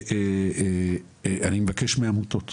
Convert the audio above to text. ואני מבקש מהעמותות